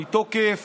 מתוקף